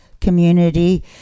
community